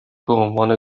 بهعنوان